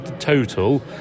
total